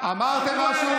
אמרתם משהו?